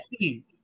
see